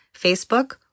Facebook